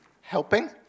Helping